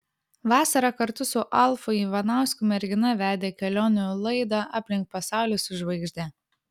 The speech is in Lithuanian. vasarą kartu su alfu ivanausku mergina vedė kelionių laidą aplink pasaulį su žvaigžde